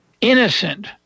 innocent